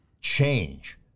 change